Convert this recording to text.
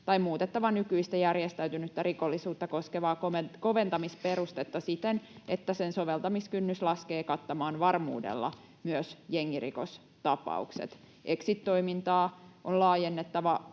tai muutettava nykyistä järjestäytynyttä rikollisuutta koskevaa koventamisperustetta siten, että sen soveltamiskynnys laskee kattamaan varmuudella myös jengirikostapaukset. Exit-toimintaa on laajennettava